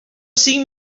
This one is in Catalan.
cinc